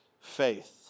faith